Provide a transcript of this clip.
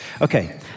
Okay